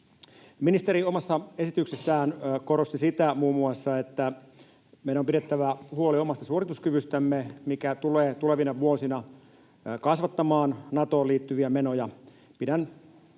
Ministeri omassa esityksessään korosti muun muassa sitä, että meidän on pidettävä huoli omasta suorituskyvystämme, mikä tulee tulevina vuosina kasvattamaan Natoon liittyviä menoja. Pidän tärkeänä